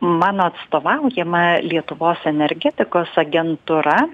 mano atstovaujama lietuvos energetikos agentūra